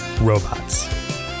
Robots